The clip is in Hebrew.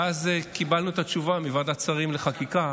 ואז קיבלנו את התשובה מוועדת שרים לחקיקה